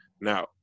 Now